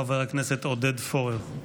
חבר הכנסת עודד פורר.